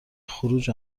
خروج